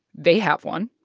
they have one.